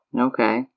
Okay